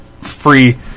free